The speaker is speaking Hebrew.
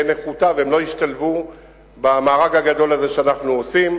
נחותה והם לא ישתלבו במארג הגדול הזה שאנחנו עושים.